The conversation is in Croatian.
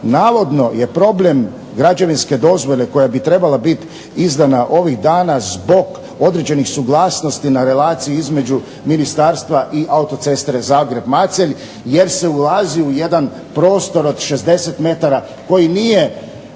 Navodno je problem građevinske dozvole koja bi trebala biti izdana ovih dana zbog određenih suglasnosti na relaciji između ministarstva i autoceste Zagreb-Macelj jer se ulazi u jedan prostor od 60 metara koji nije